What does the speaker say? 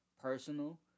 personal